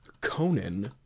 conan